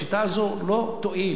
השיטה הזאת לא תועיל,